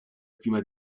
prima